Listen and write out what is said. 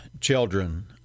children